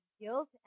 guilt